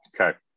Okay